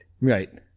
Right